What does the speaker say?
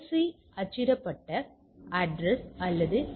C அச்சிடப்பட்ட address அல்லது என்